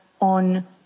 on